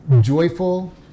joyful